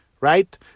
right